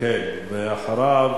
ואחריו